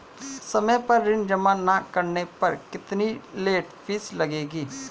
समय पर ऋण जमा न करने पर कितनी लेट फीस लगेगी?